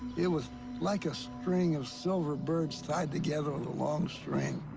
it was like a string of silver birds tied together with a long string.